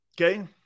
Okay